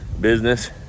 business